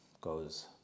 goes